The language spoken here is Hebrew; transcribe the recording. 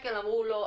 אמרו לנו 'לא,